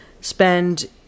spend